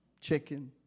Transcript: chicken